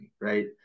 right